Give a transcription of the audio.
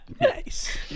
Nice